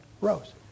rose